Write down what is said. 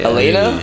Elena